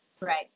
Right